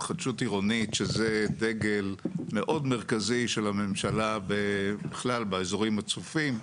התחדשות עירונית שזה דגל מאוד מרכזי של הממשלה בכלל באזורים הצפופים.